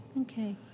Okay